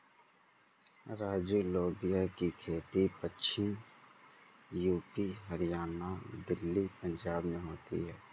राजू लोबिया की खेती पश्चिमी यूपी, हरियाणा, दिल्ली, पंजाब में होती है